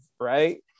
right